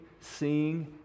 seeing